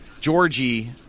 Georgie